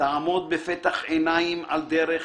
תעמוד בפתח עיניים על דרך